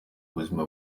ubuzima